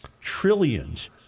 Trillions